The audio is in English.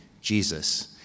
Jesus